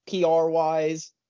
PR-wise